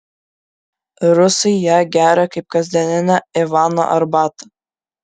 rusai ją geria kaip kasdieninę ivano arbatą